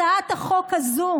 הצעת החוק הזאת